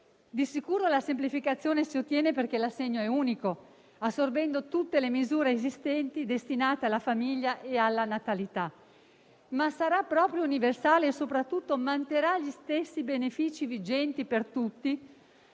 Di sicuro la semplificazione si ottiene, perché l'assegno è unico, assorbendo tutte le misure esistenti destinate alla famiglia e alla natalità, ma sarà proprio universale? E, soprattutto, manterrà gli stessi benefici vigenti per tutti?